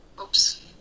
oops